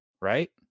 right